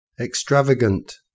extravagant